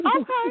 Okay